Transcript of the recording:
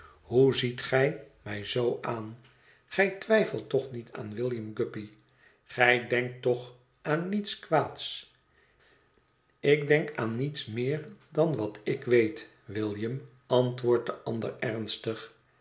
hoe ziet gij mij zoo aan gij twijfelt toch niet aan william guppy gij denkt toch aan niets kwaads ik denk aan niets meer dan wat ik weet william antwoordt de ander ernstig